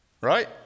right